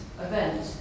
event